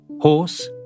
horse